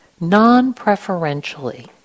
non-preferentially